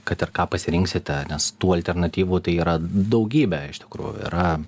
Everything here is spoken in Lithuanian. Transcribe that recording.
kad ir ką pasirinksite nes tų alternatyvų tai yra daugybė iš tikrųjų yra